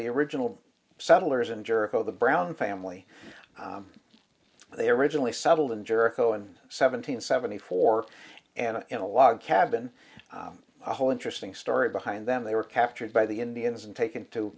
the original settlers and jericho the brown family they originally settled in jericho and seven hundred seventy four and in a lot of cabin a whole interesting story behind them they were captured by the indians and taken to